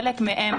חלק מהם